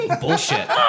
bullshit